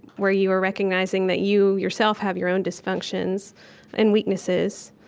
where you are recognizing that you, yourself, have your own dysfunctions and weaknesses.